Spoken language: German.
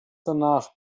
danach